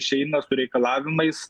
išeina su reikalavimais